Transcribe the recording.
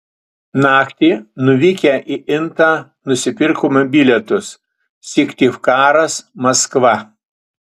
naktį nuvykę į intą nusipirkome bilietus syktyvkaras maskva